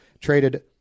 traded